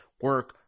Work